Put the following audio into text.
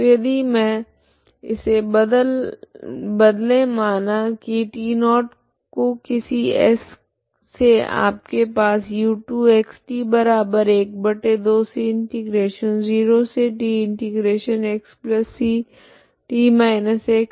तो यदि मैं इसे बदले माना की t0 को किसी s से आपके पास है